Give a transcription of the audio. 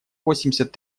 восемьдесят